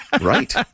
Right